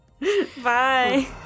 Bye